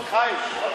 חיים,